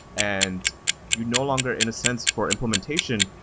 and you no longer, in a sense, for implementation,